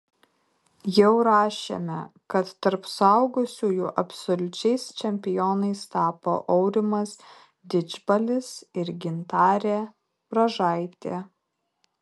jau rašėme kad tarp suaugusiųjų absoliučiais čempionais tapo aurimas didžbalis ir gintarė bražaitė